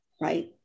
right